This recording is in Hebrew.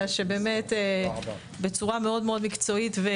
אלא שבאמת בצורה מאוד מקצועית.